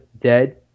dead